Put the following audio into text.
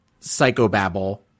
psychobabble